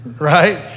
Right